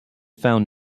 found